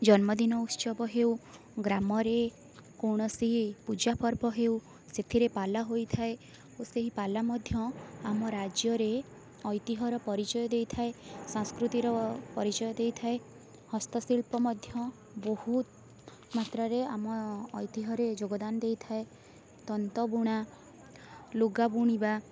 ଜନ୍ମଦିନ ଉତ୍ସବ ହେଉ ଗ୍ରାମରେ କୌଣସି ପୂଜାପର୍ବ ହେଉ ସେଥିରେ ପାଲା ହୋଇଥାଏ ଓ ସେହି ପାଲା ମଧ୍ୟ ଆମ ରାଜ୍ୟରେ ଐତିହର ପରିଚୟ ଦେଇଥାଏ ସାଂସ୍କୃତିର ପରିଚୟ ଦେଇଥାଏ ହସ୍ତଶିଳ୍ପ ମଧ୍ୟ ବହୁତ ମାତ୍ରାରେ ଆମ ଐତିହରେ ଯୋଗଦାନ ଦେଇଥାଏ ତନ୍ତ ବୁଣା ଲୁଗା ବୁଣିବା